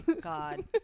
God